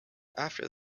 after